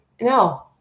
no